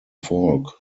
falk